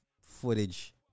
footage